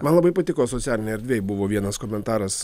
man labai patiko socialinėj erdvėj buvo vienas komentaras